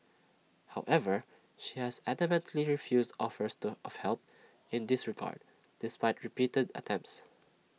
however she has adamantly refused offers to of help in this regard despite repeated attempts